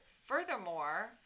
Furthermore